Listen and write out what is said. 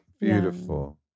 beautiful